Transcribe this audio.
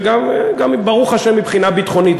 וברוך השם מבחינה ביטחונית,